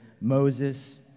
Moses